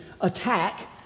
attack